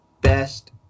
best